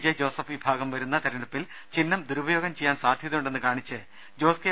J Joseph വിഭാഗം വരുന്ന തെരഞ്ഞെടുപ്പിൽ ചിഹ്നം ദുരുപയോഗം ചെയ്യാൻ സാധ്യതയുണ്ടെന്ന് കാണിച്ച് ജോസ് കെ